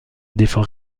défends